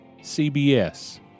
CBS